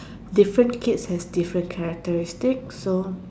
different kids has different characteristic so